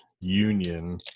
Union